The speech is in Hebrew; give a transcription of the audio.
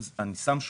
אתה שם שוטרים?